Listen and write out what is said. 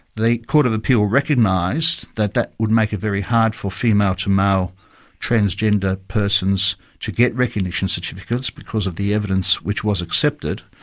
the court of appeal recognised recognised that that would make it very hard for female to male transgender persons to get recognition certificates, because of the evidence which was accepted,